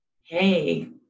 hey